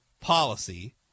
policy